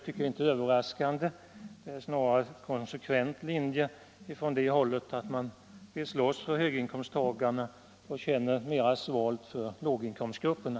Snarare är det en konsekvent linje från det hållet att man vill slåss för höginkomsttagarna men känner mera svalt för låginkomstgrupperna.